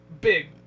big